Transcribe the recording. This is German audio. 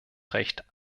recht